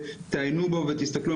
תעיינו בו ותסתכלו,